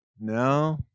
No